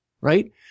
right